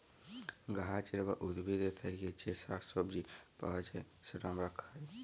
গাহাচের বা উদ্ভিদের থ্যাকে যে শাক সবজি পাউয়া যায়, যেট আমরা খায়